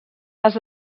les